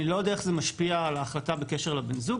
אני לא יודע איך זה משפיע על ההחלטה בקשר לבן הזוג,